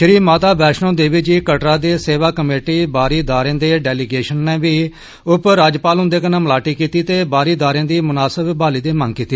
श्री माता वैष्णो देवी जी कटड़ा दे सेवा कमेटी बारीदारान दे डेलीगेशनें बी उपराज्यपाल हुंदे कन्नै मलाटी कीती ते बारीदारें दी मुनासब बाहली दी मंग कीती